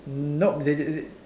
nope they they